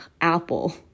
apple